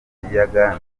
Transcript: y’ikiyaga